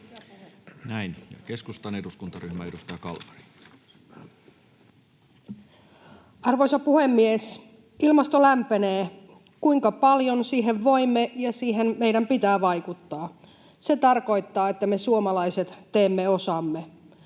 Näin. — Keskustan eduskuntaryhmä, edustaja Kalmari. Arvoisa puhemies! Ilmasto lämpenee. Kuinka paljon — siihen voimme ja siihen meidän pitää vaikuttaa. Se tarkoittaa, että me suomalaiset teemme osamme.